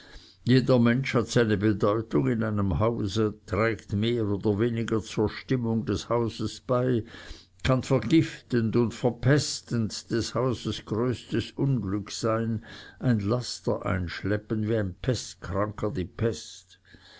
jeder mensch hat seine bedeutung in einem hause trägt mehr oder weniger zur stimmung des hauses bei kann vergiftend und verpestend des hauses größtes unglück sein ein laster einschleppen wie ein pestkranker die pest